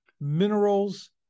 minerals